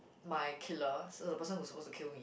my killer so the person who's supposed to kill me